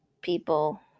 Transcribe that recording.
people